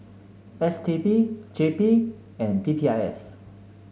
S T B J P and P P I S